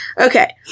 okay